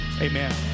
Amen